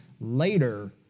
later